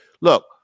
look